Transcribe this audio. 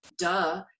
Duh